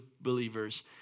believers